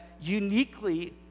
uniquely